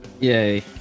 Yay